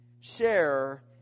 Share